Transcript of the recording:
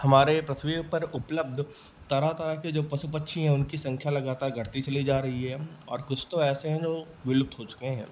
हमारे पृथ्वी पर उपलब्ध तरह तरह के जो पशु पक्षी हैं उनकी संख्या लगातार घटती चली जा रही है और कुछ तो ऐसे हैं जो विलुप्त हो चुके हैं